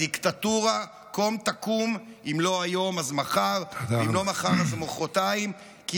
הדיקטטורה קום תקום, אם לא היום אז מחר, תודה רבה.